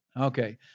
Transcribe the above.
Okay